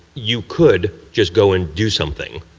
you could just go and do something,